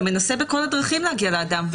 אתה מנסה בכל הדרכים להגיע לאדם.